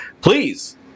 please